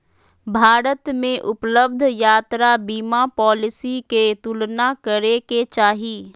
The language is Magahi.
भारत में उपलब्ध यात्रा बीमा पॉलिसी के तुलना करे के चाही